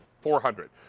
four hundred.